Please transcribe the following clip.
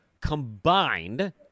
combined